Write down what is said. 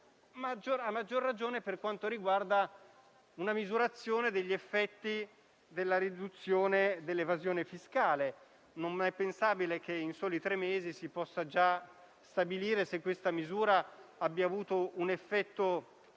a maggior ragione per quanto riguarda una misurazione degli effetti della riduzione dell'evasione fiscale. Non è pensabile che in soli tre mesi si possa stabilire se questa misura abbia avuto un effetto positivo